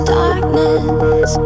darkness